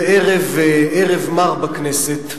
טוב, זה ערב מר בכנסת,